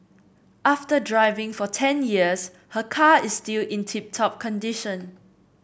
after driving for ten years her car is still in tip top condition